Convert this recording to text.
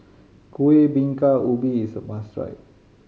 Kuih Bingka Ubi is a must try